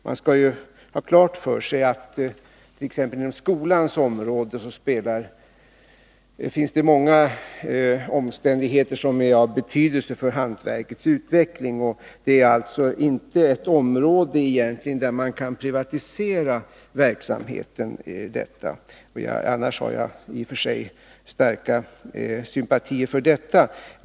Man skall ha klart för sig att det t.ex. inom skolans område finns många omständigheter som är av betydelse för hantverkets utveckling. Och detta är egentligen inte ett område där man kan privatisera verksamheten — annars har jag i och för sig starka sympatier för det.